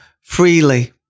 freely